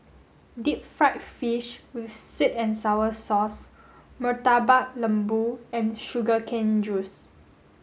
deep fried fish with sweet and sour sauce Murtabak Lembu and sugar cane juice